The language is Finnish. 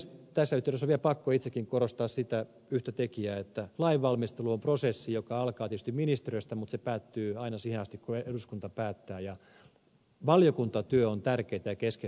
tässä yhteydessä on vielä pakko itsekin korostaa sitä yhtä tekijää että lainvalmistelu on prosessi joka alkaa tietysti ministeriöstä mutta päättyy aina siihen kun eduskunta päättää ja että valiokuntatyö on tärkeätä ja keskeistä lainvalmistelua